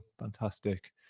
fantastic